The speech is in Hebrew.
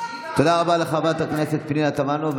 רבה לחברת הכנסת פנינה תמנו.